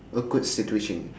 awkward situation